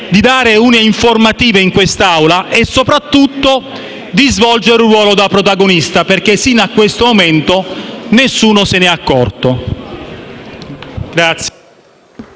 di rendere un'informativa a quest'Assemblea e, soprattutto, di svolgere un ruolo da protagonista, perché fino a questo momento nessuno se ne è accorto.